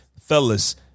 Fellas